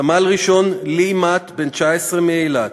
סמל-ראשון לי מט, בן 19, מאילת,